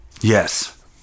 Yes